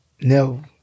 No